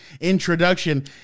introduction